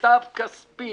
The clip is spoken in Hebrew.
במיטב כספי.